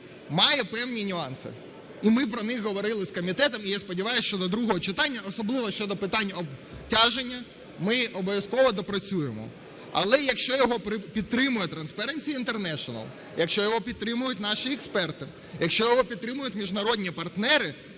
має певні нюанси, і ми про них говорили з комітетом. І я сподіваюсь, що до другого читання, особливо щодо питань обтяження, ми обов'язково доопрацюємо. Але якщо його підтримує Transparency International, якщо його підтримують наші експерти, якщо його підтримують міжнародні партнери,